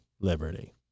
Liberty